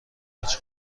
حاج